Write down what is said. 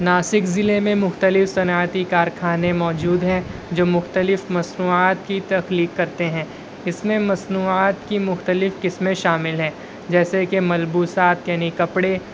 ناسک ضلع میں مختلف صنعتی کارخانے موجود ہیں جو مختلف مصنوعات کی تخلیق کرتے ہیں اس میں مصنوعات کی مختلف قسمیں شامل ہیں جیسے کہ ملبوسات یعنی کپڑے